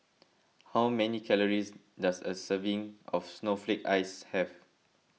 how many calories does a serving of Snowflake Ice have